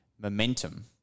momentum